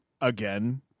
again